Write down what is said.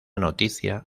noticia